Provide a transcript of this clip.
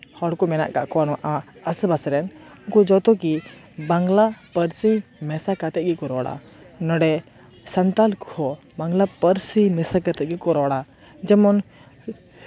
ᱦᱚᱲ ᱠᱚ ᱢᱮᱱᱟᱜ ᱠᱟᱜ ᱠᱚᱣᱟ ᱟᱥᱮᱯᱟᱥᱮ ᱨᱮᱱ ᱩᱱᱠᱩ ᱡᱷᱚᱛᱚ ᱜᱮ ᱵᱟᱝᱞᱟ ᱯᱟᱹᱨᱥᱤ ᱢᱮᱥᱟ ᱠᱟᱛᱮᱫ ᱜᱮᱠᱚ ᱨᱚᱲᱟ ᱱᱚᱸᱰᱮ ᱥᱟᱱᱛᱟᱞ ᱠᱚᱦᱚᱸ ᱵᱟᱝᱞᱟ ᱯᱟᱹᱨᱥᱤ ᱢᱮᱥᱟ ᱠᱟᱛᱮᱫ ᱜᱮᱠᱚ ᱨᱚᱲᱟ ᱡᱮᱢᱚᱱ